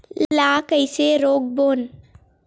ला कइसे रोक बोन?